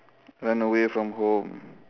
run away from home